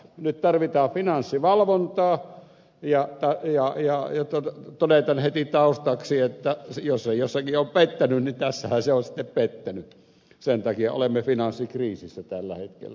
nyt tarvitaan finanssivalvontaa ja todetaan heti taustaksi että jos se jossakin on pettänyt niin tässähän se on sitten pettänyt sen takia olemme finanssikriisissä tällä hetkellä